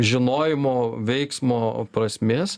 žinojimo veiksmo prasmės